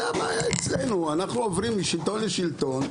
זוהי הבעיה אצלנו: אנחנו עוברים משלטון לשלטון,